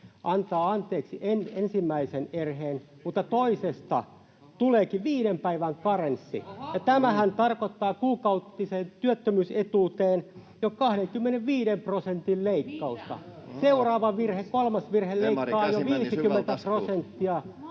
antaa anteeksi ensimmäisen erheen, mutta toisesta tuleekin viiden päivän karenssi, ja tämähän tarkoittaa kuukautiseen työttömyys-etuuteen jo 25 prosentin leikkausta. [Leena Meri: Mitä? — Perussuomalaisten